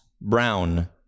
Brown